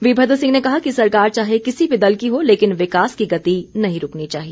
वीरमद्र सिंह ने कहा कि सरकार चाहे किसी भी दल की हो लेकिन विकास की गति नहीं रूकनी चाहिए